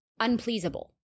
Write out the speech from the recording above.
unpleasable